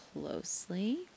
closely